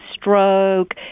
stroke